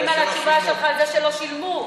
מדברים על התשובה שלך, על זה שלא שילמו.